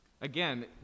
again